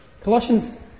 Colossians